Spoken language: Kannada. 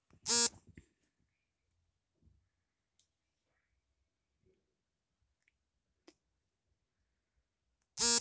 ಕೋವಿಡ್ ಆರ್ಥಿಕ ಸಂಕಷ್ಟಕ್ಕೆ ಸಿಲುಕಿರುವ ಹೈನುಗಾರಿಕೆ ವಲಯಕ್ಕೆ ಸಬ್ಸಿಡಿ ರಿಯಾಯಿತಿ ನೀಡುವ ಯೋಜನೆ ಆಗಿದೆ